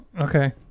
okay